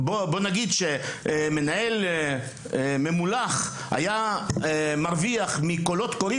מנהל ממולח היה מרוויח מקולות קוראים